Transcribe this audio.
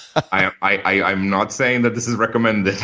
i am not saying that this is recommended.